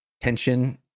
tension